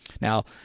Now